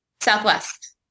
Southwest